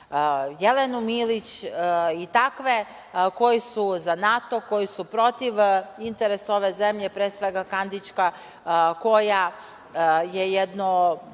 Jelenu Milić i takve koji su za NATO, protiv interesa ove zemlje, pre svega Kandićka koja je jedno